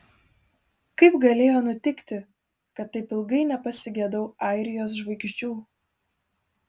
kaip galėjo nutikti kad taip ilgai nepasigedau airijos žvaigždžių